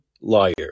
liar